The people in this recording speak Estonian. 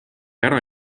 ära